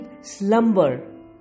slumber